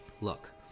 Look